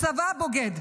הצבא הבוגד.